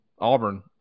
Auburn